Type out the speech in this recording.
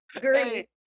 great